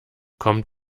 kommt